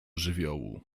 żywiołu